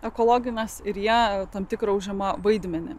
ekologines ir ją tam tikrą užima vaidmenį